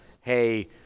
hey